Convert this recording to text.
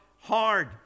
hard